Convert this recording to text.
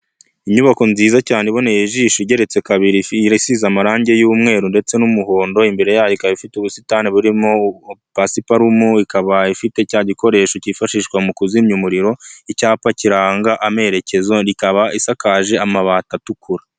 Aha ni ukwamamaza ibyiza bya Radiyanti yacu, aho bavuga ko ibihe nk'ibi bakagenda bavuga bataka Radiyanti harimo umugore n'umugabo, umusaza n'umukecuru bishimanye kubera bafite ubuzima bwiza, bakagushishikariza niba ushaka kugira icyo ugira kanda akanyenyeri maganatatu na mirongo itatu na rimwe.